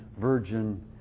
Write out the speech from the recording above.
virgin